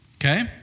Okay